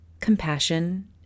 compassion